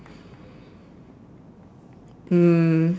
mm